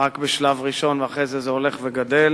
רק בשלב ראשון, ואחרי זה זה הולך וגדל.